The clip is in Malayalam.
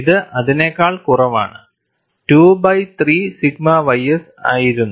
ഇത് അതിനേക്കാൾ കുറവാണ് 2 ബൈ 3 സിഗ്മ ys ആയിരുന്നു